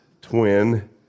twin